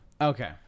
Okay